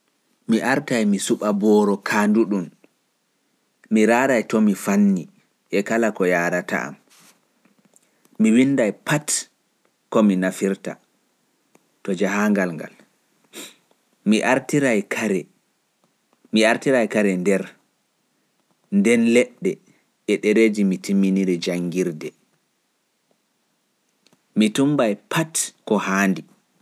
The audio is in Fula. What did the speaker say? Mi artai mi suɓa boro kaanduɗun, mi raarai to mi fanni e kala ko yaarata am. Mi waɗai pat ko mi naftirta to jahaangal ngal, mi artirai kare ndeer, leɗɗe, nden ɗereeji mi timminiri janngirde. Mi tumbai pat ko nangi e ko haandi.